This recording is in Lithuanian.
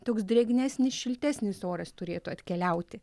toks drėgnesnis šiltesnis oras turėtų atkeliauti